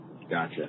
Gotcha